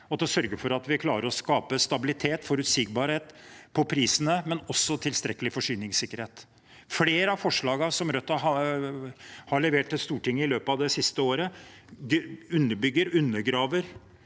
og for å sørge for at vi klarer å skape stabilitet og forutsigbarhet på prisene, men også tilstrekkelig forsyningssikkerhet. Flere av forslagene som Rødt har levert til Stortinget i løpet av det siste året, undergraver